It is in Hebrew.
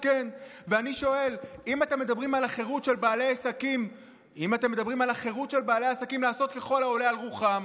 אם אתם מדברים על החירות של בעלי עסקים לעשות ככל העולה על רוחם,